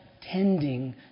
tending